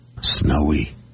snowy